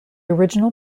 original